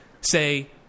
say